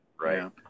Right